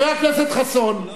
חבר הכנסת חסון,